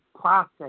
process